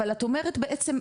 אבל את אומרת בעצם,